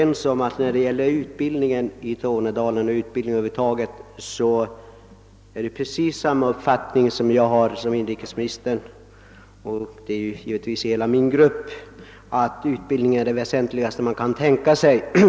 När det gäller utbildningen i Tornedalen och över huvud taget har jag precis samma uppfattning som inrikesministern — det gäller givetvis hela min grupp —, nämligen att utbildning är det väsentligaste man kan tänka sig.